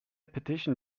petition